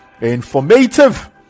informative